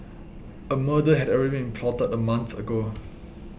a murder had already plotted a month ago